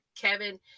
Kevin